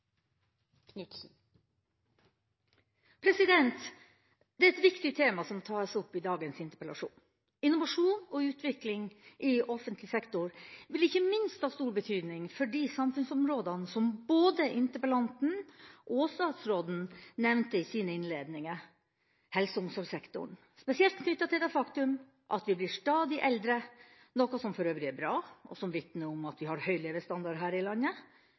et viktig tema som tas opp i dagens interpellasjon. Innovasjon og utvikling i offentlig sektor vil ikke minst ha stor betydning for det samfunnsområdet som både interpellanten og statsråden nevnte i sine innledninger, helse og omsorgssektoren, spesielt knyttet til det faktum at vi blir stadig eldre – noe som for øvrig er bra, og som vitner om at vi har høy levestandard her i landet.